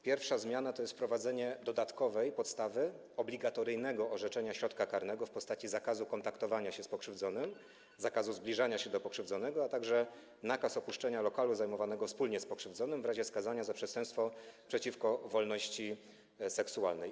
Pierwsza zmiana to wprowadzenie dodatkowej podstawy obligatoryjnego orzeczenia środka karnego w postaci zakazu kontaktowania się z pokrzywdzonym, zakazu zbliżania się do pokrzywdzonego, a także nakazu opuszczenia lokalu zajmowanego wspólnie z pokrzywdzonym w razie skazania za przestępstwo przeciwko wolności seksualnej.